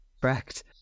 Correct